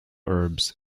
herbs